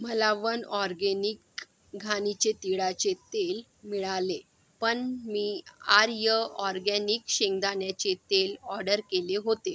मला one organic घाणीचे तिळाचे तेल मिळाले पण मी आर्य ऑरगॅनिक शेंगदाण्याचे तेल ऑडर केले होते